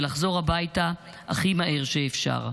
ולחזור הביתה הכי מהר שאפשר.